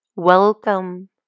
Welcome